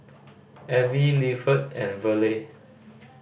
Avie and Verle